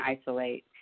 isolate